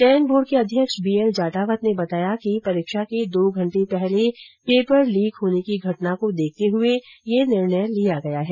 चयन बोर्ड के अध्यक्ष बी एल जाटावत ने बताया कि परीक्षा के दो घंटे पहले पेपर लीक होने की घटना को देखते हुए यह निर्णय लिया गया है